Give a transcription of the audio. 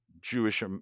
Jewish